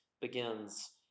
begins